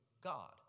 God